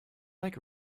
like